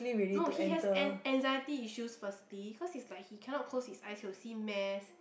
no he has an anxiety issues firstly cause he's like he cannot close his eyes he will see mess